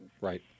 Right